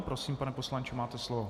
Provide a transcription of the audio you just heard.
Prosím, pane poslanče, máte slovo.